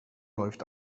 läuft